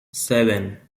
seven